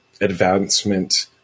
advancement